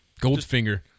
Goldfinger